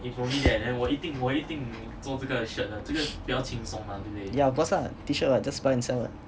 yeah of course ah T shirt what